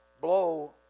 Blow